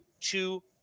two